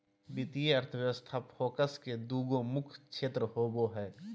वित्तीय अर्थशास्त्र फोकस के दू गो मुख्य क्षेत्र होबो हइ